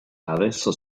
adesso